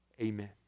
Amen